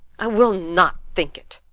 i will not think it.